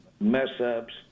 mess-ups